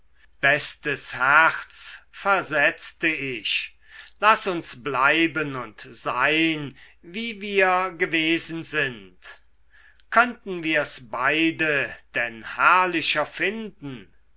bestes herz versetzte ich laß uns bleiben und sein wie wir gewesen sind könnten wir's beide denn herrlicher finden